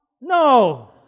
No